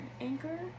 anchor